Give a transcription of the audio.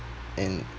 and